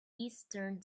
eastern